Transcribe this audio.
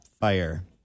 fire